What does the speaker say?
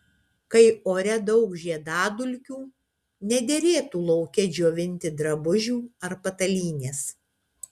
kai ore daug žiedadulkių nederėtų lauke džiovinti drabužių ar patalynės